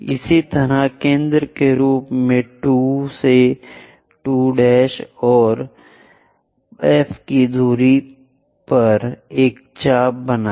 इसी तरह केंद्र के रूप में 2 से 2 और F की दूरी पर एक चाप बनाएं